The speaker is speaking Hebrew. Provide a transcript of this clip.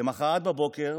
למוחרת בבוקר,